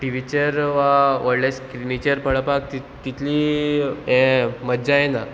टिवीचेर वा व्हडले स्क्रिनीचेर पळोवपाक तित तितली हे मज्जा येना